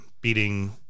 beating